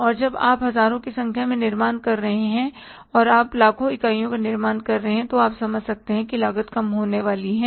और जब आप हजारों की संख्या में निर्माण कर रहे हैं और आप लाखों इकाइयों का निर्माण कर रहे हैं तो आप समझ सकते हैं कि लागत कम होने वाली है